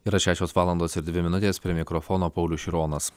yra šešios valandos ir dvi minutės prie mikrofono paulius šironas